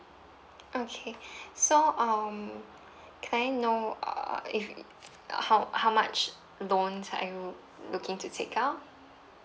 okay so um can I know uh if uh how how much loan are you looking to take out